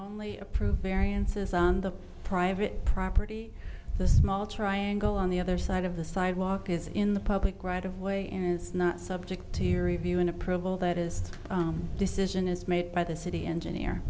only approved variances on the private property this mall triangle on the other side of the sidewalk is in the public right of way and is not subject to review and approval that is decision is made by the city engineer